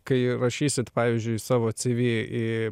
kai rašysit pavyzdžiui savo cv į